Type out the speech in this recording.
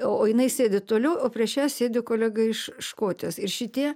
o jinai sėdi toliau o prieš ją sėdi kolega iš škotijos ir šitie